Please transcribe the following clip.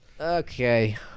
Okay